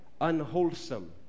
unwholesome